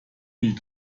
need